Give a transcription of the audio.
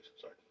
sorry